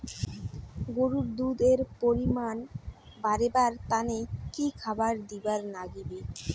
গরুর দুধ এর পরিমাণ বারেবার তানে কি খাবার দিবার লাগবে?